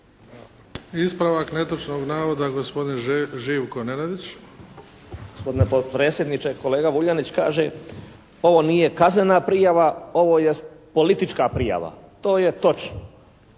Ispravak netočnog navoda, gospodin Živko Nenadić. **Nenadić, Živko (HDZ)** Gospodine potpredsjedniče, kolega Vuljanić kaže ovo nije kaznena prijava, ovo je politička prijava. To je točno.